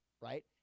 right